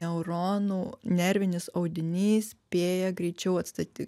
neuronų nervinis audinys spėja greičiau atstaty